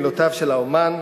מילותיו של האמן,